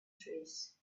trees